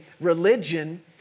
religion